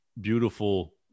beautiful